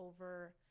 over